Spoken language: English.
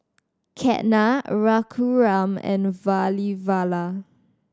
Ketna Raghuram and Vavilala